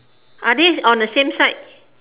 are these on the same side